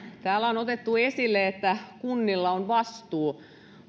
täällä on otettu esille että kunnilla on vastuu